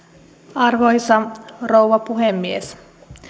arvoisa rouva puhemies